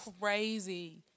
Crazy